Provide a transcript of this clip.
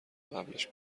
قبلش